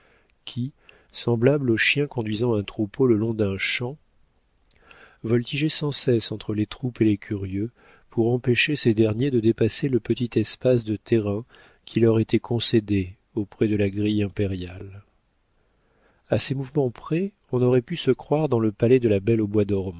qui semblables aux chiens conduisant un troupeau le long d'un champ voltigeaient sans cesse entre les troupes et les curieux pour empêcher ces derniers de dépasser le petit espace de terrain qui leur était concédé auprès de la grille impériale a ces mouvements près on aurait pu se croire dans le palais de la belle au bois